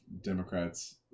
Democrats